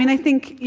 mean, i think, yeah